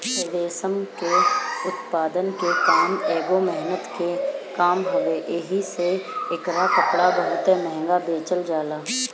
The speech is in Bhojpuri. रेशम के उत्पादन के काम एगो मेहनत के काम हवे एही से एकर कपड़ा बहुते महंग बेचल जाला